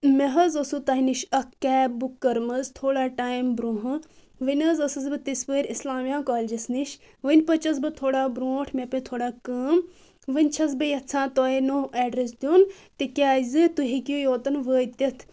مےٚ حظ اوس تۄہہِ نِش اکھ کیب بُک کٔرٕمٕژ تھوڑا ٹایِم برٛونٛہہ وُنہِ حظ ٲسٕس بہٕ تِژھ پھِرۍ اسلامیا کالجس نِش وۄنۍ پٔچِس بہٕ تھوڑا برٛونٛٹھ مےٚ پیے تھوڑا کٲم وۄنۍ چھس بہٕ یژھان تۄہہِ نوٚو اٮ۪ڈریٚس دِیُن تِکیٛازِ تُہۍ ہٮ۪کِو یوٚتن وٲتِتھ